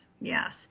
yes